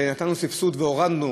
נתנו סבסוד והורדנו,